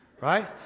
right